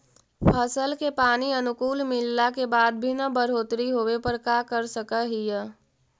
फसल के पानी अनुकुल मिलला के बाद भी न बढ़ोतरी होवे पर का कर सक हिय?